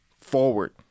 forward